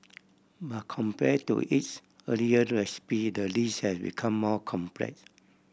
but compare to its earlier recipe the dish has become more complex